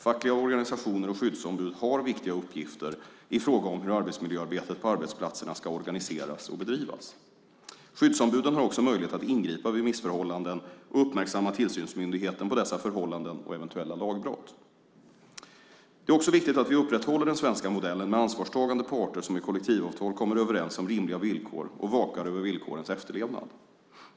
Fackliga organisationer och skyddsombud har viktiga uppgifter i fråga om hur arbetsmiljöarbetet på arbetsplatserna ska organiseras och bedrivas. Skyddsombuden har också möjlighet att ingripa vid missförhållanden och uppmärksamma tillsynsmyndigheten på dessa förhållanden och eventuella lagbrott. Det är också viktigt att vi upprätthåller den svenska modellen med ansvarstagande parter som i kollektivavtal kommer överens om rimliga villkor och vakar över villkorens efterlevnad.